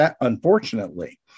unfortunately